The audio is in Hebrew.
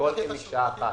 הכול במקשה אחת.